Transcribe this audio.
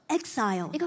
exile